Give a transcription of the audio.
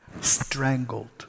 strangled